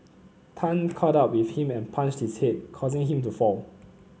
Tan caught up with him and punched his head causing him to fall